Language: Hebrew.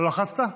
לא לחצת?